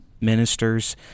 ministers